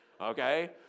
Okay